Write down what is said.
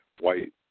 white